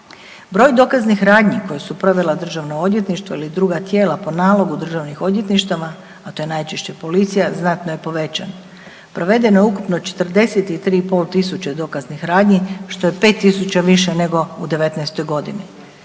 Broj dokaznih radnji koje su provela državna odvjetništva ili druga tijela po nalogu državnih odvjetništava, a to je najčešće policija, znatno je povećan. Provedeno je ukupno 43 i pol tisuće dokaznih radnji, što je 5 tisuća više nego u '19. g.